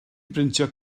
brintio